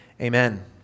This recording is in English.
Amen